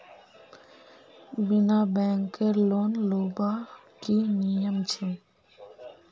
बिना बैंकेर लोन लुबार की नियम छे?